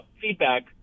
feedback